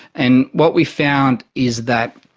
and what we found is that